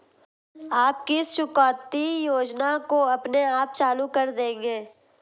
आप किस चुकौती योजना को अपने आप चालू कर देंगे?